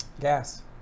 gas